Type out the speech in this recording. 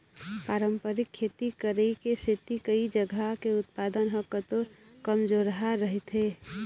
पारंपरिक खेती करई के सेती कइ जघा के उत्पादन ह तको कमजोरहा रहिथे